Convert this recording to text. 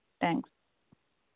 thanks